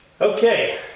Okay